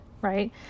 right